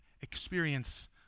experience